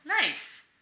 nice